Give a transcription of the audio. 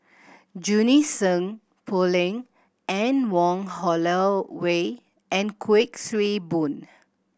Junie Sng Poh Leng Anne Wong Holloway and Kuik Swee Boon